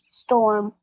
storm